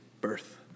birth